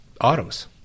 autos